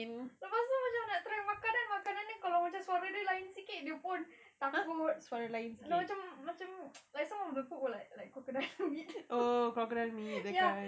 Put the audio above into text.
lepas tu macam nak try makanan makanan dia kalau macam suara dia lain sikit dia pun takut dia macam macam like some of the food were were like crocodile meat ya